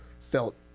felt